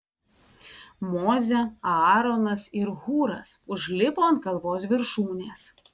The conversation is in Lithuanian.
mozė aaronas ir hūras užlipo ant kalvos viršūnės